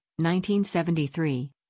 1973